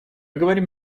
говорим